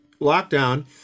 lockdown